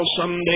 someday